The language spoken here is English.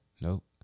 Nope